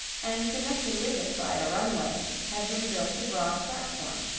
and connected with it by a runway had been built a broad platform,